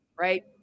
right